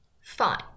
Fine